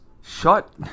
Shut